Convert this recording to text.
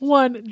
one